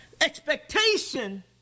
Expectation